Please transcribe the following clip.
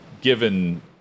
given